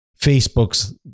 Facebook's